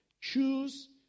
choose